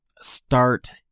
start